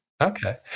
okay